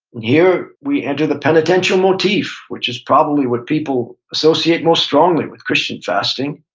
here, we enter the penitential motif, which is probably what people associate most strongly with christian fasting.